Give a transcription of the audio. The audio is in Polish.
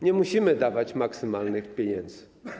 Nie musimy dawać maksymalnych pieniędzy.